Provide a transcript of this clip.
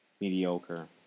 mediocre